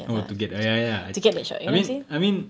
oh to get ah ya ya I mean I mean